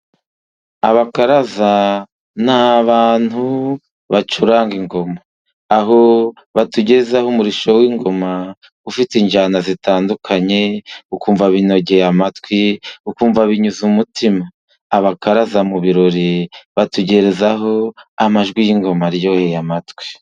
Abakaraza ni abantu bacuranga ingoma, Aho batugezaho umurishyo w'ingoma ufite injyana zitandukanye, ukumva binogeye amatwi, ukumva binyuze umutima. Abakaraza mu birori batugerezaho amajwi y'ingoma aryoheye amatwi.